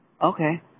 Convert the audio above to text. Okay